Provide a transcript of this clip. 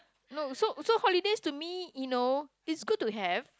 no so so holidays to me you know it's good to have